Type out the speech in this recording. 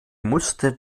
musste